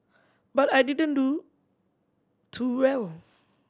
but I didn't do too well